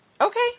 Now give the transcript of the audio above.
Okay